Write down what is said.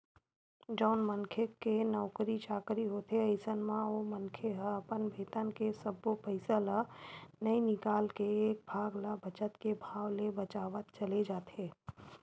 जउन मनखे के नउकरी चाकरी होथे अइसन म ओ मनखे ह अपन बेतन के सब्बो पइसा ल नइ निकाल के एक भाग ल बचत के भाव ले बचावत चले जाथे